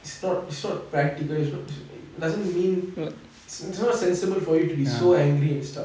it's not it's not practical doesn't mean it's not sensible for you to be so angry and stuff